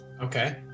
Okay